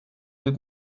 wird